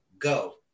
go